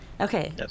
Okay